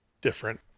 different